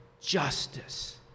justice